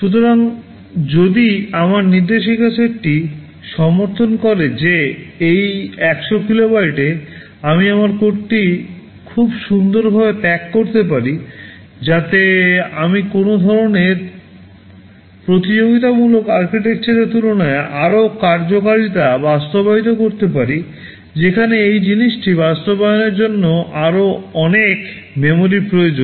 সুতরাং যদি আমার নির্দেশিকা সেটটি সমর্থন করে যে এই 100 কিলোবাইটে আমি আমার কোডটি খুব সুন্দরভাবে প্যাক করতে পারি যাতে আমি কোনও ধরণের প্রতিযোগিতামূলক আর্কিটেকচারের তুলনায় আরও কার্যকারিতা বাস্তবায়িত করতে পারি যেখানে একই জিনিসটি বাস্তবায়নের জন্য আরও অনেক মেমরি প্রয়োজন